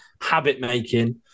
habit-making